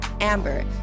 Amber